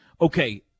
okay